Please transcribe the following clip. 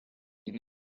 what